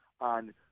on